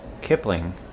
Kipling